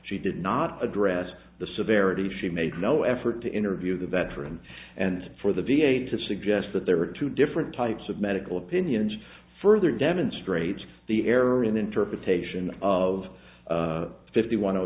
she did not address the severity she made no effort to interview the veteran and for the d a to suggest that there are two different types of medical opinions further demonstrates the error in the interpretation of fifty one o